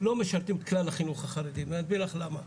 משרתות את כלל החינוך החרדי, ואסביר לך למה.